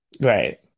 Right